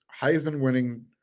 Heisman-winning